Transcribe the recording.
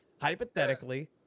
hypothetically